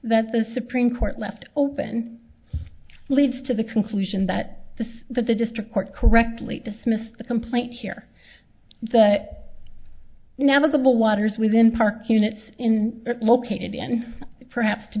that the supreme court left open leads to the conclusion that the that the district court correctly dismissed the complaint here that navigable waters within park units in located and perhaps to